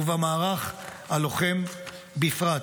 ובמערך הלוחם בפרט.